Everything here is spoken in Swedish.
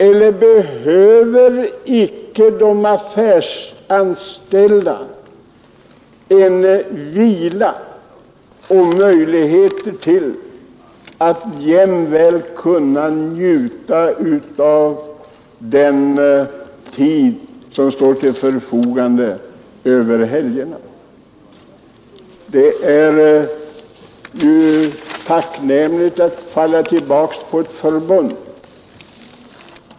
Eller behöver icke de affärsanställda vila och möjligheter till att jämväl kunna njuta av den tid som står till förfogande över helgerna? Det är ju tacknämligt att falla tillbaka på ett förbund.